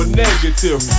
negative